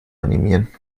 animieren